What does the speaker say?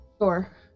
Sure